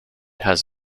has